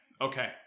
Okay